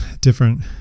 different